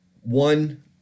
one